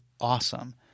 awesome